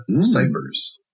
ciphers